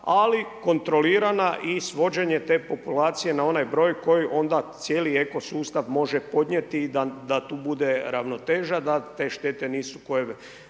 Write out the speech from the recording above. ali kontrolirana i s vođenjem te populacije na onaj broj koji onda cijeli ekosustav može podnijeti da tu bude ravnoteža, da te štete nisu